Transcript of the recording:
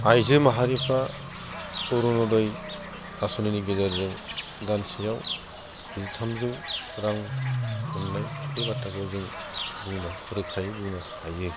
आइजो माहारिफ्रा अरुनदय आसनिनि गेजेरजों दानसेयाव जिथामजौ रां मोननाय बे बाथ्राखौ जों रोखायै बुंनो हायो